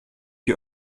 die